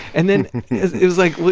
and then it was like, well,